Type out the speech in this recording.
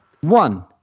One